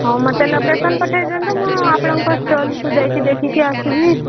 ହଁ ମୋତେ ଲୋକେସନ୍ ପଠେଇ ଦିଅନ୍ତୁ ମୁଁ ଆପଣଙ୍କ ଷ୍ଟଲ୍କୁ ଯାଇକି ଦେଖିକି ଆସିବି